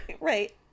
Right